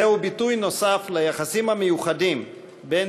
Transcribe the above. זהו ביטוי נוסף ליחסים המיוחדים בין